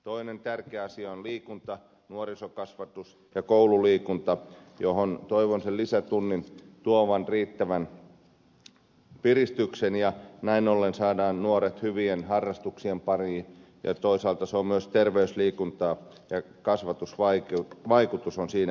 toinen tärkeä asia on liikunta nuorisokasvatus ja koululiikunta johon toivon sen lisätunnin tuovan riittävän piristyksen ja näin ollen saadaan nuoret hyvien harrastuksien pariin ja toisaalta se on myös terveysliikuntaa ja kasvatusvaikutus on siinä myönteinen